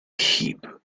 heap